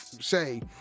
say